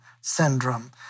syndrome